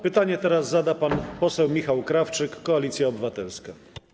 Pytanie teraz zada pan poseł Michał Krawczyk, Koalicja Obywatelska.